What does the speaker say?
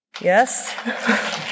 Yes